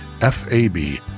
F-A-B